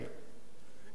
איך להתחכם לה,